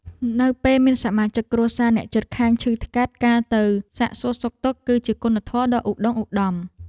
នៅពេលមានសមាជិកគ្រួសារអ្នកជិតខាងឈឺថ្កាត់ការទៅសាកសួរសុខទុក្ខ គឺជាគុណធម៌ដ៏ឧត្តុង្គឧត្តម។